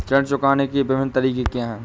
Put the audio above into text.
ऋण चुकाने के विभिन्न तरीके क्या हैं?